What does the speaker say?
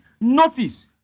Notice